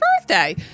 birthday